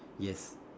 yes